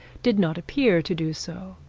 did not appear to do so.